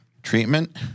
treatment